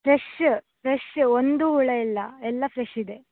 fresh fresh ಒಂದೂ ಹುಳ ಇಲ್ಲ ಎಲ್ಲ ಫ್ರೆಶ್ ಇದೆ